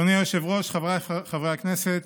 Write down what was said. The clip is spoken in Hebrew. אדוני היושב-ראש, חבריי חברי הכנסת,